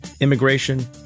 immigration